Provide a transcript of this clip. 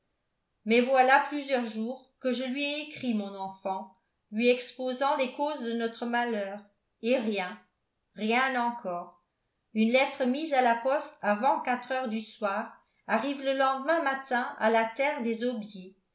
mais voilà plusieurs jours que je lui ai écrit mon enfant lui exposant les causes de notre malheur et rien rien encore une lettre mise à la poste avant quatre heures du soir arrive le lendemain matin à la terre des